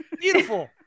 Beautiful